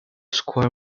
square